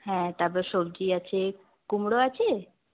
হ্যাঁ তারপরে সবজি আছে কুমড়ো আছে